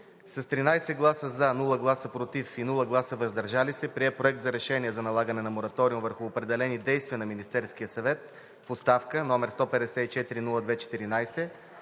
с 13 гласа „за“, без „против“ и „въздържал се“ прие Проект на решение за налагане на мораториум върху определени действия на Министерския съвет в оставка, № 154-02-14,